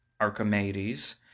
Archimedes